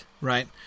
Right